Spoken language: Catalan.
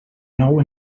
nou